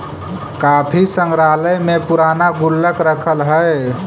काफी संग्रहालय में पूराना गुल्लक रखल हइ